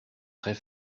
très